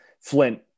Flint